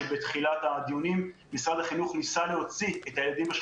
כאשר בתחילת הדיונים משרד החינוך ניסה להוציא את הילדים עם המוגבלויות